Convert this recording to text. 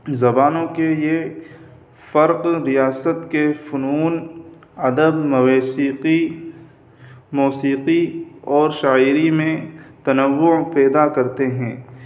زبانوں کے یہ فرق ریاست کے فنون ادب موسیقی موسیقی اور شاعری میں تنوع پیدا کرتے ہیں